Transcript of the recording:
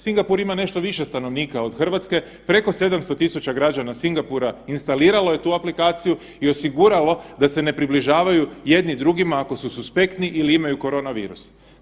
Singapur ima nešto više stanovnika od Hrvatske, preko 700.000 građana Singapura instaliralo je tu aplikaciju i osiguralo da se ne približavaju jedni drugima ako su suspektni ili imaju korona virus.